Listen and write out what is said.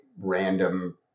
random